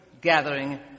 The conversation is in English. gathering